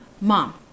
Mom